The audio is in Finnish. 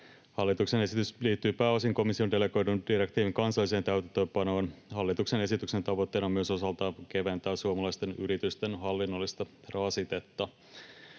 Hallituksen esitys liittyy pääosin komission delegoidun direktiivin kansalliseen täytäntöönpanoon. Hallituksen esityksen tavoitteena on myös osaltaan keventää suomalaisten yritysten hallinnollista rasitetta.